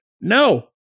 No